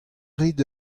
rit